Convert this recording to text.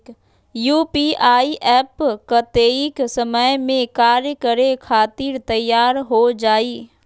UPI app कतेइक समय मे कार्य करे खातीर तैयार हो जाई?